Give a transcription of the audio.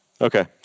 Okay